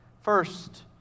First